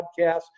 podcasts